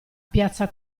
piazza